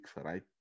right